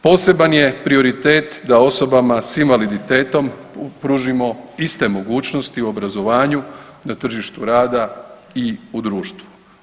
Poseban je prioritet da osobama s invaliditetom pružimo iste mogućnosti u obrazovanju, na tržištu rada i u društvu.